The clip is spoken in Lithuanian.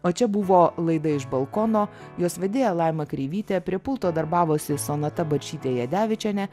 o čia buvo laida iš balkono jos vedėja laima kreivytė prie pulto darbavosi sonata bačytė jadevičienė